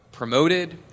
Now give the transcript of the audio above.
Promoted